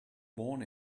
born